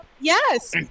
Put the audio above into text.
yes